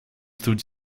through